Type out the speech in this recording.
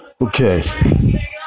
Okay